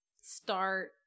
start